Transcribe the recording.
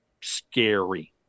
scary